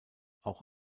auch